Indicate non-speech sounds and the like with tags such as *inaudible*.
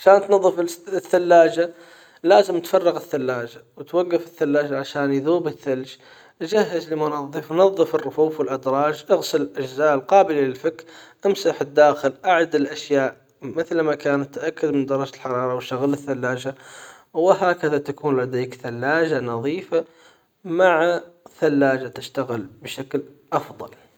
عشان تنظف *hesitation* الثلاجة لازم تفرغ الثلاجة وتوقف الثلاجة عشان يذوب الثلج جهز المنظف نظف الرفوف والادراج اغسل الاجزاء القابلة للفك امسح الداخل اعد الاشياء مثل ما كان تأكد من درجة الحرارة وشغل الثلاجة وهكذا تكون لديك ثلاجة نظيفة مع ثلاجة تشتغل بشكل افضل.